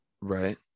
right